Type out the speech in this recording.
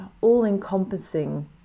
all-encompassing